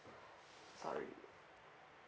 sorry